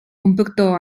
comportò